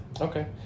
Okay